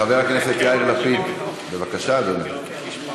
חבר הכנסת יאיר לפיד, בבקשה, אדוני.